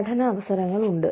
പഠന അവസരങ്ങൾ ഉണ്ട്